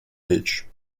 речь